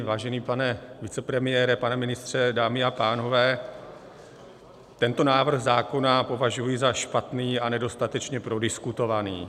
Vážený pane vicepremiére, pane ministře, dámy a pánové, tento návrh zákona považuji za špatný a nedostatečně prodiskutovaný.